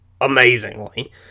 amazingly